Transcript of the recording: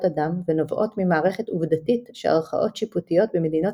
אדם ונובעות ממערכת עובדתית שערכאות שיפוטיות במדינות